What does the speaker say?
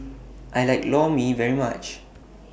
I like Lor Mee very much